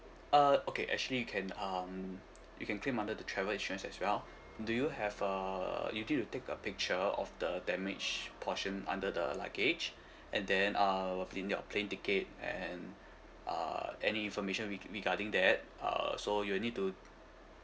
uh okay actually you can um you can claim under the travel insurance as well do you have a you need to take a picture of the damaged portion under the luggage and then uh including your plane ticket and uh any information re~ regarding that uh so you will need to